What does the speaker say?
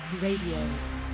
Radio